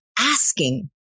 asking